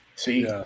See